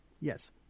Yes